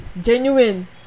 genuine